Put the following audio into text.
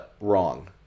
wrong